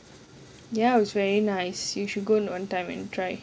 ya it's very nice you should go one time and try